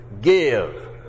give